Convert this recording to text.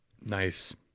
Nice